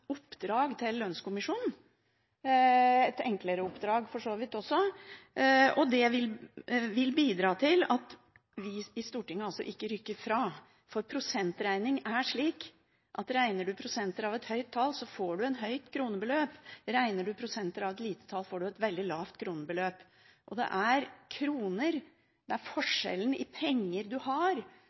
oppdrag til lønnskommisjonen – for så vidt et enklere oppdrag også – og det vil bidra til at vi i Stortinget ikke rykker fra. Prosentregning er slik at regner man prosenter av et høyt tall, får man et høyt kronebeløp. Regner man prosenter av et lite tall, får man et veldig lavt kronebeløp. Det er kroner, forskjellen i penger man har,